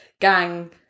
gang